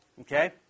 Okay